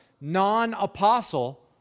non-apostle